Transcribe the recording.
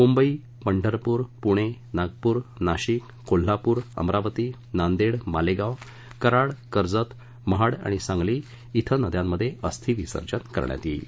मुंबई पंढरपूर पुणे नागपूर नाशिक कोल्हापूर अमरावती नांदेड मालेगाव कराड कर्जत महाड व सांगली येथे नद्यांमध्ये अस्थी विसर्जन करण्यात येईल